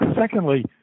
Secondly